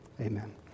amen